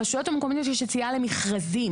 ברשויות המקומיות יש יציאה למכרזים,